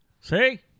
See